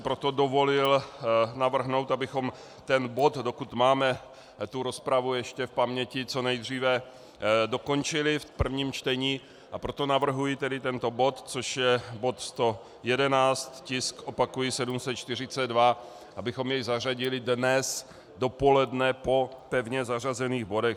Proto bych si dovolil navrhnout, abychom ten bod, dokud máme tu rozpravu ještě v paměti, co nejdříve dokončili v prvním čtení, a proto navrhuji tedy tento bod, což je bod 111, tisk opakuji 742, abychom jej zařadili dnes dopoledne po pevně zařazených bodech.